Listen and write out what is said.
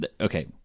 Okay